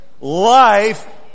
life